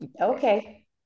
Okay